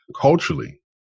Culturally